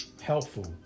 helpful